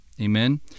amen